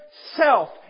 self